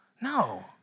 No